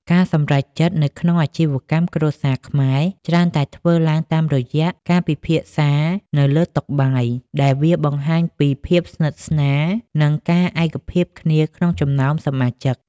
ការសម្រេចចិត្តនៅក្នុងអាជីវកម្មគ្រួសារខ្មែរ ច្រើនតែធ្វើឡើងតាមរយៈការពិភាក្សានៅលើតុបាយ ដែលវាបង្ហាញពីភាពស្និទ្ធស្នាល និងការឯកភាពគ្នាក្នុងចំណោមសមាជិក។